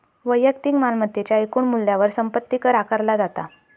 वैयक्तिक मालमत्तेच्या एकूण मूल्यावर संपत्ती कर आकारला जाता